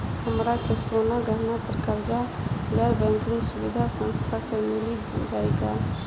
हमरा के सोना गहना पर कर्जा गैर बैंकिंग सुविधा संस्था से मिल जाई का?